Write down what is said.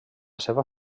seva